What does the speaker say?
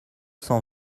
cent